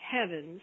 heavens